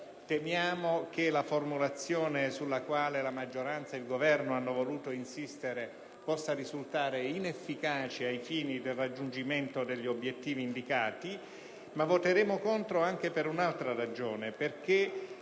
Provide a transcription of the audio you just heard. temiamo che la formulazione sulla quale la maggioranza e il Governo hanno voluto insistere possa risultare inefficace ai fini del raggiungimento degli obiettivi indicati. Voteremo contro anche perché, nella seconda parte